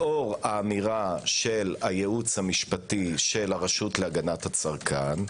לאור האמירה של הייעוץ המשפטי של הרשות להגנת הצרכן,